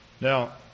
Now